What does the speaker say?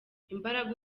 imbaraga